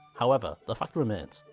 however, the fact remains.